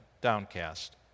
downcast